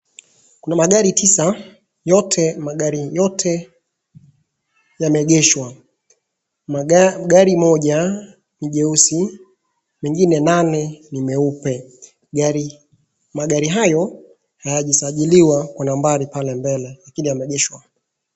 Kuna magari tisa, yote, magari yote yameegeshwa. Gari moja ni jeusi, mengime nane ni meupe, magari hayo hayajasajiliwa kwa nambari pale mbele lakini yameegeshwa.